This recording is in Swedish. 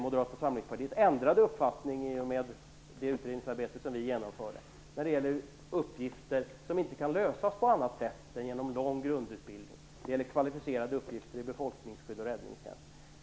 Moderata samlingspartiet ändrade uppfattning i och med det utredningsarbete som vi genomförde när det gäller uppgifter som inte kan lösas på annat sätt än genom lång grundutbildning, när det gäller kvalificerade uppgifter i befolkningsskydd och räddningstjänst.